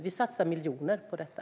Vi satsar miljoner på detta.